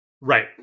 Right